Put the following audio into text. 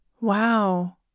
Wow